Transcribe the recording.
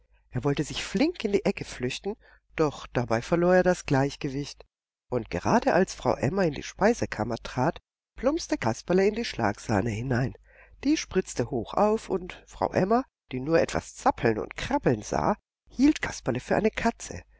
er wollte sich flink in eine ecke flüchten doch dabei verlor er das gleichgewicht und gerade als frau emma in die speisekammer trat plumpste kasperle in die schlagsahne hinein die spritzte hoch auf und frau emma die nur etwas zappeln und krabbeln sah hielt kasperle für eine katze